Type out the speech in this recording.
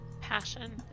Passion